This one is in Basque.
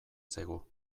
zaigu